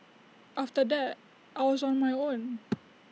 after that I was on my own